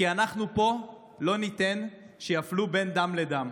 כי אנחנו פה לא ניתן שיפלו בין דם לדם.